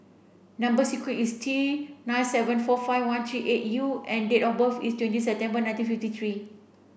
number sequence is T nine seven four five one three eight U and date of birth is twenty September nineteen fifty three